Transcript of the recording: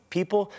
People